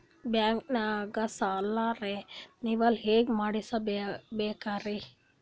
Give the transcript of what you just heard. ಬ್ಯಾಂಕ್ದಾಗ ಸಾಲ ರೇನೆವಲ್ ಹೆಂಗ್ ಮಾಡ್ಸಬೇಕರಿ?